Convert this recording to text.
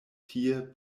tie